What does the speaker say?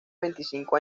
veinticinco